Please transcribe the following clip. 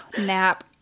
Nap